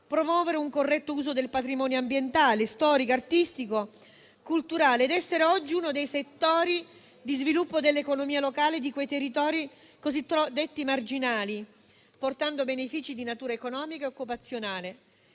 promuovere un corretto uso del patrimonio ambientale, storico, artistico e culturale e di essere oggi uno dei settori di sviluppo dell'economia locale di quei territori cosiddetti marginali, portando benefici di natura economica e occupazionale.